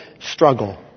struggle